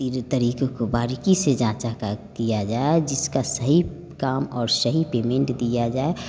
इस तरीकों को बारीकी से जाँचा किया जाए जिसका सही काम और सही पेमेंट दिया जाए